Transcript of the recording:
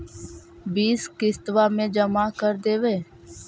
बिस किस्तवा मे जमा कर देवै?